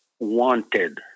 Wanted